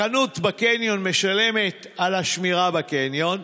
החנות בקניון משלמת על השמירה בקניון,